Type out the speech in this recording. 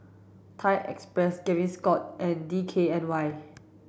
Thai Express Gaviscon and D K N Y